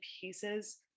pieces